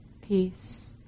peace